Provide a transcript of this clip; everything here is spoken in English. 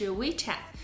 WeChat